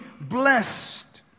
blessed